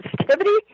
Sensitivity